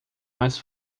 mais